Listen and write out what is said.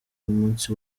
umunsi